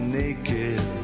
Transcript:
naked